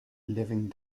living